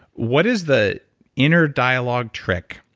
what is the inner dialogue trick?